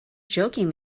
joking